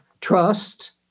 trust